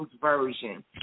Version